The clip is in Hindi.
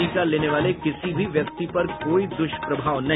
टीका लेने वाले किसी भी व्यक्ति पर कोई दुष्प्रभाव नहीं